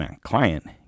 client